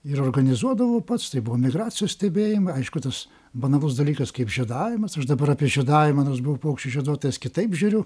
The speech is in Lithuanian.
ir organizuodavau pats tai buvo migracijos stebėjimai aišku tas banalus dalykas kaip žiedavimas aš dabar apie žiedavimą nors buvau paukščių žieduotojas kitaip žiūriu